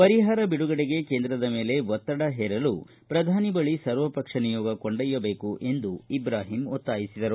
ಪರಿಹಾರ ಬಿಡುಗಡೆಗೆ ಕೇಂದ್ರದ ಮೇಲೆ ಒತ್ತಡ ಹೇರಲು ಪ್ರಧಾನಿ ಬಳಿ ಸರ್ವಪಕ್ಷ ನಿಯೋಗ ಕೊಂಡೊಯ್ಬಬೇಕು ಎಂದು ಅವರು ಒತ್ತಾಯಿಸಿದರು